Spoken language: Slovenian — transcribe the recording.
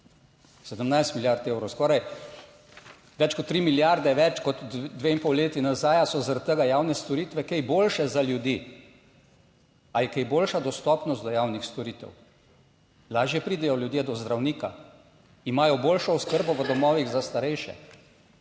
17 milijard evrov, skoraj več kot tri milijarde, več kot dve in pol leti nazaj. Ali so zaradi tega javne storitve kaj boljše za ljudi? Ali je kaj boljša dostopnost do javnih storitev? Lažje pridejo ljudje do zdravnika? Imajo boljšo oskrbo v domovih za starejše?